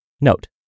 Note